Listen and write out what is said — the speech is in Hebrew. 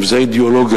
וזה האידיאולוגיה,